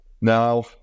now